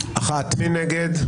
מי נגד?